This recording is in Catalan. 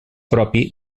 propi